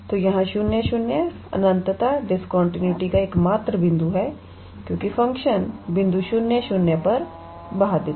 तो यहाँ 00 अनंत डिस्कंटीन्यूटी discontinuity का एकमात्र बिंदु है क्योंकि फ़ंक्शन बिंदु 00 पर अबाधित है